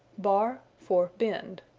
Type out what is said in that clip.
bar for bend.